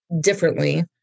differently